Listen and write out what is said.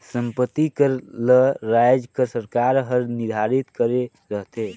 संपत्ति कर ल राएज कर सरकार हर निरधारित करे रहथे